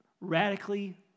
radically